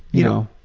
you know.